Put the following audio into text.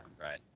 right